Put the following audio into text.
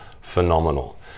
phenomenal